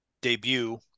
debut